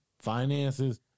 finances